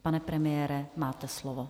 Pane premiére, máte slovo.